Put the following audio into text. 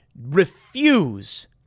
refuse